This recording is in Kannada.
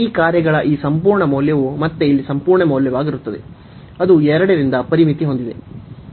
ಈ ಕಾರ್ಯಗಳ ಈ ಸಂಪೂರ್ಣ ಮೌಲ್ಯವು ಮತ್ತೆ ಇಲ್ಲಿ ಸಂಪೂರ್ಣ ಮೌಲ್ಯವಾಗಿರುತ್ತದೆ ಅದು 2 ರಿಂದ ಪರಿಮಿತಿ ಹೊಂದಿದೆ